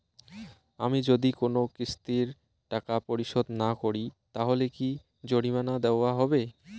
আমি যদি কোন কিস্তির টাকা পরিশোধ না করি তাহলে কি জরিমানা নেওয়া হবে?